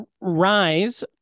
Rise